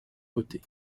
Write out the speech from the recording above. côtés